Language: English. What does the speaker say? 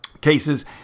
cases